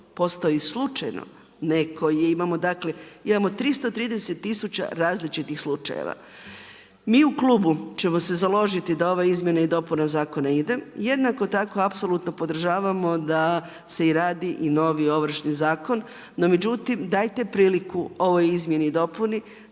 postao i slučajno, netko je, imamo dakle 330000 različitih slučajeva. Mi u klubu ćemo se založiti da ova izmjena i dopuna zakona ide. Jednako tako apsolutno podržavamo da se i radi novi Ovršni zakon. No međutim, dajte priliku ovoj izmjeni i dopuni,